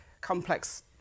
complex